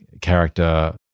character